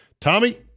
Tommy